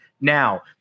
now